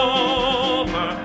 over